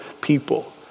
people